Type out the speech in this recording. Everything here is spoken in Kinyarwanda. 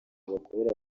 bakorera